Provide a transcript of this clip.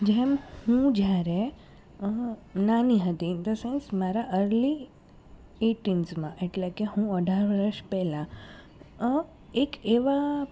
જેમ હું જ્યારે નાની હતી ઇન ધ સેન્સ મારા અર્લી એટીન્સમાં એટલે કે હું અઢાર વર્ષ પહેલાં એક એવા